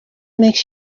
makes